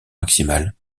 maximale